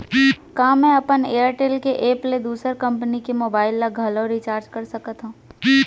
का मैं अपन एयरटेल के एप ले दूसर कंपनी के मोबाइल ला घलव रिचार्ज कर सकत हव?